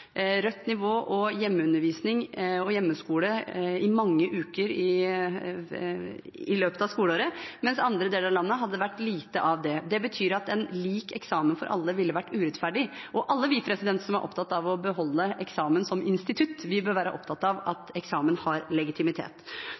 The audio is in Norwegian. rødt nivå og hjemmeundervisning og hjemmeskole i mange uker i løpet av skoleåret, mens i andre deler av landet har det vært lite av det. Det betyr at en lik eksamen for alle ville ha vært urettferdig, og alle vi som er opptatt av å beholde eksamen som institutt, bør være opptatt av at eksamen har legitimitet.